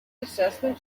assessment